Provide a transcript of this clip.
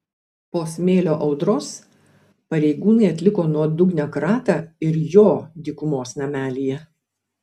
po smėlio audros pareigūnai atliko nuodugnią kratą ir jo dykumos namelyje